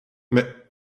mais